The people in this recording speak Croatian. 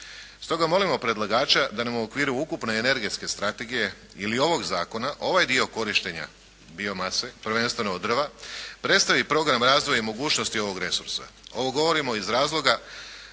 Stoga molimo predlagača da nam u okviru ukupne energetske strategije, ili ovoga zakona, ovaj dio korištenja bio mase, prvenstveno od drva, predstavi i program razvoja i mogućnosti ovoga resursa. Ovo govorimo iz razloga